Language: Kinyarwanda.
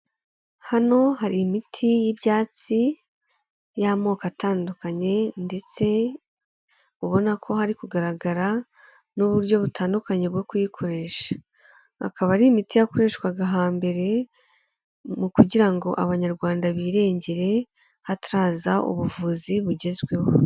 Hano hari imiti y'ibyatsi y'amoko atandukanye, ndetse ubona ko hari kugaragara n'uburyo butandukanye bwo kuyikoresha, akaba ari imiti yakoreshwaga hambere, mu kugira ngo Abanyarwanda birengere, hataraza ubuvuzi bugezweho.